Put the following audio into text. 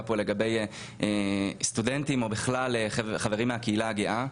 פה לגבי סטודנטים או חברים בכלל מהקהילה הגאה.